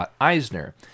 Eisner